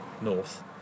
North